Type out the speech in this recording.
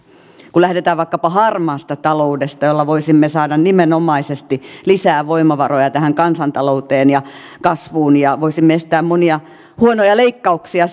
kun lähdetään vaikkapa harmaasta taloudesta jolla voisimme saada nimenomaisesti lisää voimavaroja tähän kansantalouteen ja kasvuun ja voisimme estää monia huonoja leikkauksia